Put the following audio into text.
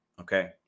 okay